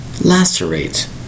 Lacerate